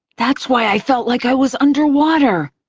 that's why i felt like i was underwater!